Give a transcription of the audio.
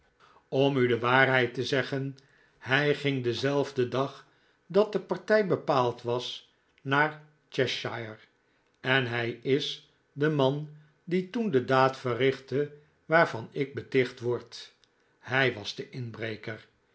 om u de waarheid te zeggen hij ging denzelfden dag dat de partij bepaald was naar cheshire en hij is de man die toen de daad verrichtte waarvan ik beticht word hij was de inbreker